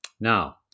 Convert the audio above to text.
Now